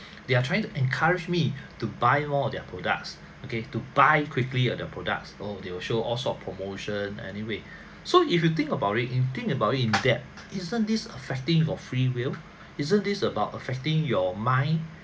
they are trying to encourage me to buy more of their products okay to buy quickly of their products or they will show all sort of promotion anyway so if you think about it if you think about it in depth isn't this affecting your free will isn't this about affecting your mind